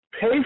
pay